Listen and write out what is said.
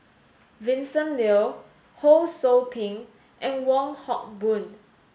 Vincent Leow Ho Sou Ping and Wong Hock Boon